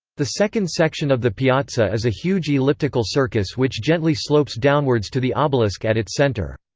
the second section of the piazza is a huge elliptical circus which gently slopes downwards to the obelisk at its center.